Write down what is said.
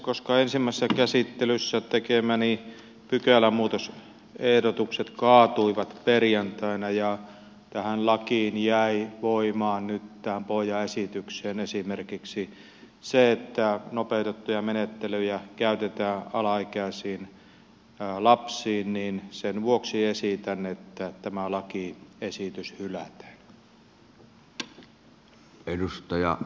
koska ensimmäisessä käsittelyssä tekemäni pykälämuutosehdotukset kaatuivat perjantaina ja tähän pohjaesitykseen jäi voimaan nyt esimerkiksi se että nopeutettuja menettelyjä käytetään alaikäisiin lapsiin niin sen vuoksi esitän että tämä lakiesitys hylätään